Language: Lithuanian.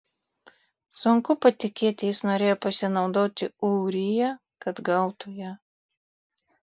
sunku patikėti jis norėjo pasinaudoti ūrija kad gautų ją